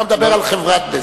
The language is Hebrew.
אתה מדבר על חברת "בזק".